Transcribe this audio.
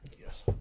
Yes